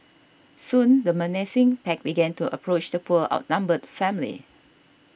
soon the menacing pack began to approach the poor outnumbered family